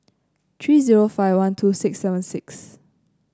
three zero five one two six seven six